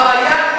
הבעיה היא,